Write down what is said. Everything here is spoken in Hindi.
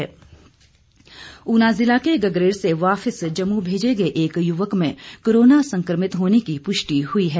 ऊना सील ऊना जिला के गगरेट से वापिस जम्मू भेजे गए एक युवक में कोरोना संक्रमित होने की पुष्टि हुई है